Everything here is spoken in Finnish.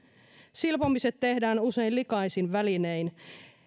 silpomiset tehdään usein likaisin välinein